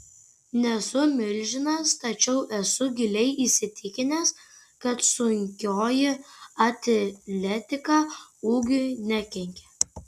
nesu milžinas tačiau esu giliai įsitikinęs kad sunkioji atletika ūgiui nekenkia